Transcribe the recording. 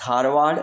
Dharwad